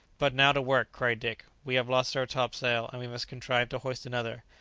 but now to work! cried dick we have lost our topsail, and we must contrive to hoist another.